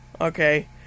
okay